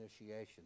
initiation